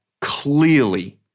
clearly